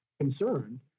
concern